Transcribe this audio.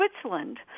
Switzerland